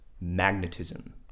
magnetism